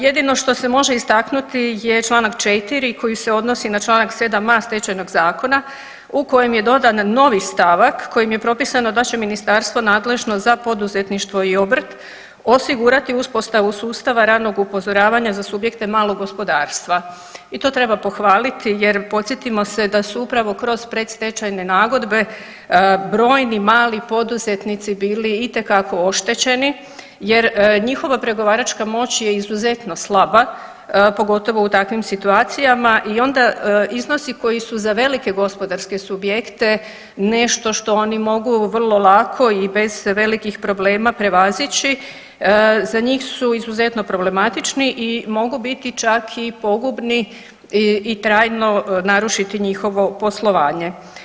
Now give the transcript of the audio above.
Jedino što se može istaknuti je čl. 4. koji se odnosi na čl. 7.a Stečajnog zakona u kojem je dodan novi stavak kojim je propisano da će ministarstvo nadležno za poduzetništvo i obrt osigurati uspostavu sustava ranog upozoravanja za subjekte malog gospodarstva i to treba pohvaliti jer podsjetimo se da su upravo kroz predstečajne nagodbe brojni mali poduzetnici bili itekako oštećeni jer njihova pregovaračka moć je izuzetno slaba pogotovo u takvim situacijama i onda iznosi koji su za velike gospodarske subjekte nešto što oni mogu vrlo lako i bez velikih problema prevazići za njih su izuzetno problematični i mogu biti čak i pogubni i trajno narušiti njihovo poslovanje.